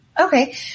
Okay